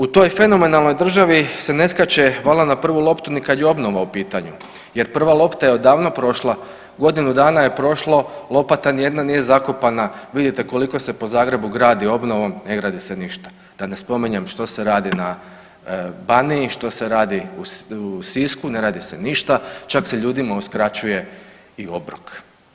U toj fenomenalnoj državi se ne skače valjda na prvu loptu ni kada je obnova u pitanju jer prva lopta je odavno prošla, godinu dana je prošlo lopata nijedna nije zakopana, vidite koliko se po Zagrebu gradi obnovom, ne gradi se ništa, da ne spominjem što se radi na Baniji, što se radi u Sisku, ne radi se ništa, čak se ljudima uskraćuje i obrok.